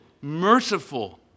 merciful